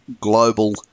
global